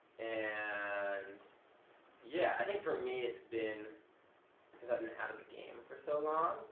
and yeah, i think for me, it's been because i've been out of the game for so long,